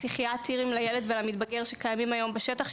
פסיכיאטרים לילד ולמתבגר שקיימים היום בשטח,